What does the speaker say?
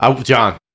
John